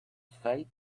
faith